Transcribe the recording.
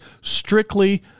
strictly